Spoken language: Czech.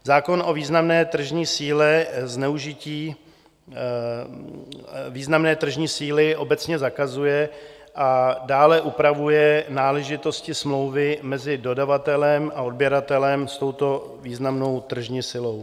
Zákon o významné tržní síle zneužití významné tržní síly obecně zakazuje a dále upravuje náležitosti smlouvy mezi dodavatelem a odběratelem s touto významnou tržní silou.